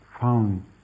found